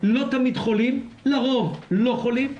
לא תמיד חולים, לרוב לא חולים,